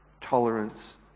tolerance